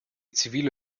zivile